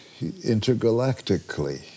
intergalactically